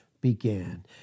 began